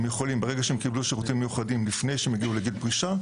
במידה והם קיבלו שירותים מיוחדים לפני גיל הפרישה,